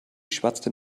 schwatzte